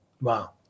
wow